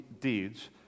deeds